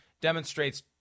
demonstrates